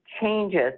changes